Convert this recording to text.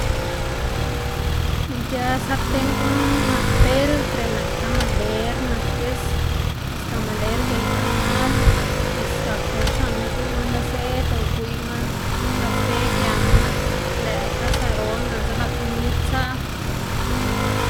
ic̲h̲ë sarten guꞌn nak peltre, nak tamaler, nak gis, bos tamaler gey tamal, gis zak dil xlaꞌnma igwiꞌyma niszed o igwiꞌyma kafe giama, lëꞌ kasarolna diꞌltsa ba komid tsaꞌ.